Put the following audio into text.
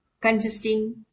consisting